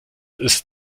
ist